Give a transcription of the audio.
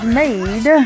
made